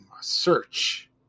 search